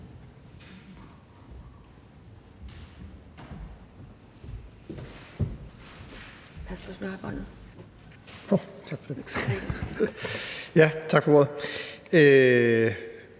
Tak for ordet.